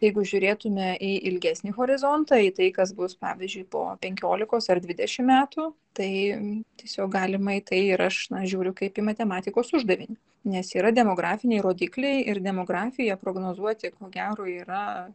jeigu žiūrėtumėme į ilgesnį horizontą į tai kas bus pavyzdžiui po penkiolikos ar dvidešim metų tai tiesiog galimai tai aš nežiūriu kaip į matematikos uždavinį nes yra demografiniai rodikliai ir demografija prognozuoti ko gero yra